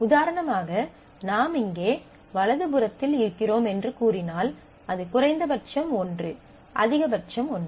உதாரணமாக நாம் இங்கே வலது புறத்தில் இருக்கிறோம் என்று கூறினால் அது குறைந்தபட்சம் ஒன்று அதிகபட்சம் ஒன்று